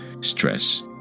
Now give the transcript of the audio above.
stress